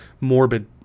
morbid